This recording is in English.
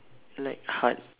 like hard